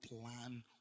plan